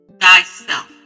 thyself